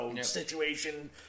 situation